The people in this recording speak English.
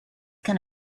can